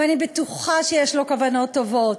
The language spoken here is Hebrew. ואני בטוחה שיש לו כוונות טובות,